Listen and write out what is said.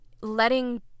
letting